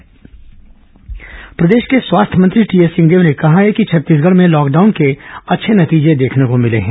स्वास्थ्य मंत्री लॉकडाउन प्रदेश के स्वास्थ्य मंत्री टीएस सिंहदेव ने कहा है कि छत्तीसगढ़ में लॉकडाउन के अच्छे नतीजे देखने को मिले हैं